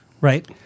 right